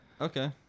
Okay